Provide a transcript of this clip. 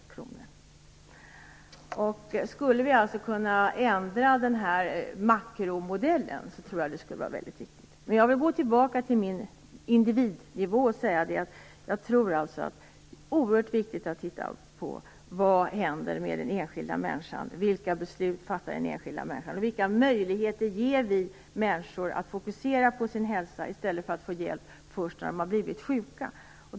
Detta blir tillsammans uppåt 200 miljarder kronor. En ändring av denna makromodell, om vi kunde åstadkomma det, skulle vara väldigt viktig. Jag vill dock gå tillbaka till individnivån och säga att jag tror att det är oerhört viktigt att se på vad som händer med den enskilda människan. Vilka beslut fattar hon? Vilka möjligheter ger vi människor att fokusera på sin hälsa i stället för att ge dem hjälp först när de har blivit sjuka?